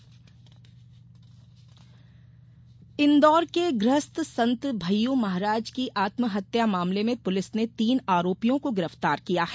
भययू प्रकरण इंदौर के गृहस्थ संत भय्यू महाराज की आत्महत्या मामले में पुलिस ने तीन आरोपियों को गिरफ्तार किया है